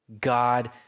God